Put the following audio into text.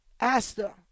ASTA